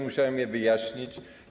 Musiałem je wyjaśnić.